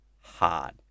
hard